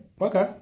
Okay